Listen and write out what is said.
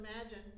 imagine